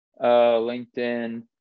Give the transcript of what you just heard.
linkedin